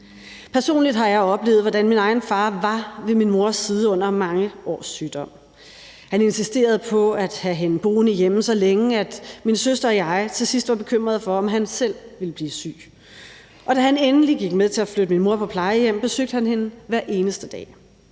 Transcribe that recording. Personligt har jeg oplevet, hvordan min egen far var ved min mors side under mange års sygdom. Han insisterede på at have hende boende hjemme så længe, at min søster og jeg til sidst var bekymrede for, om han selv ville blive syg. Og da han endelig gik med til at flytte min mor på plejehjem, besøgte han hende hver eneste dag.